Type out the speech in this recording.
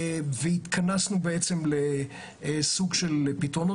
התכנסנו לסוג של פתרונות,